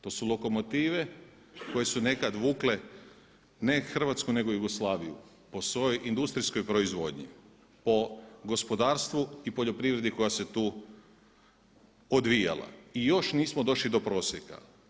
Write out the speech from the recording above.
To su lokomotive koje su nekad vukle ne Hrvatsku nego Jugoslaviju po svojoj industrijskoj proizvodnji, po gospodarstvu i poljoprivredi koja se tu odvijala i još nismo došli do prosjeka.